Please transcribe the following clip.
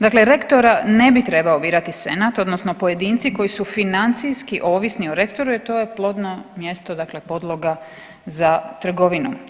Dakle, rektora ne bi trebao birati Senat, odnosno pojedinci koji su financijski ovisni o rektoru, jer to je plodno mjesto, dakle podloga za trgovinu.